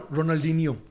Ronaldinho